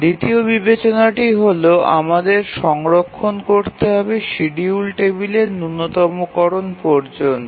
দ্বিতীয় বিবেচনাটি হল আমাদের সংরক্ষণ করতে হবে শিডিউল টেবিলের ন্যূনতমকরণ পর্যন্ত